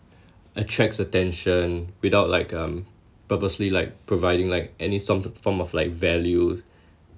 attracts attention without like um purposely like providing like any some form of like value